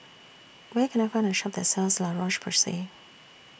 Where Can I Find A Shop that sells La Roche Porsay